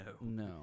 no